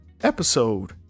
episode